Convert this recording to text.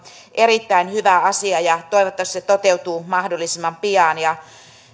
erittäin hyvä asia toivottavasti se toteutuu mahdollisimman pian